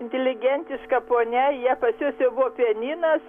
inteligentiška ponia jie pas juos jau buvo pianinas